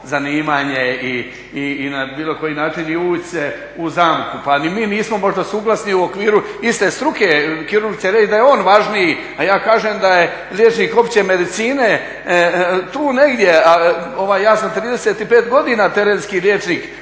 zanimanje i na bilo koji način i uvući se u zamku. Pa ni mi nismo možda suglasni u okviru iste struke, kirurg će reći da je on važniji, a ja kažem da je liječnik opće medicine tu negdje. Ja sam 35 godina terenski liječnik